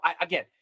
Again